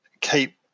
keep